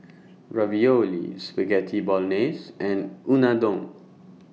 Ravioli Spaghetti Bolognese and Unadon